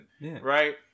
Right